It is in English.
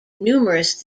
numerous